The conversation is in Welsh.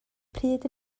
pryd